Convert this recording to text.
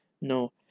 no